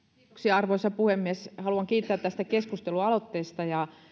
arvoisa puhemies haluan kiittää tästä keskustelualoitteesta ja